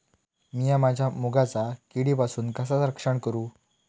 मीया माझ्या मुगाचा किडीपासून कसा रक्षण करू?